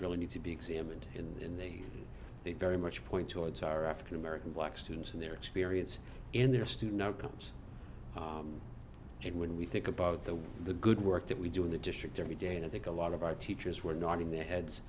really need to be examined in the they very much point towards our african american black students and their experience in their student outcomes and when we think about the the good work that we do in the district every day and i think a lot of our teachers were nodding their heads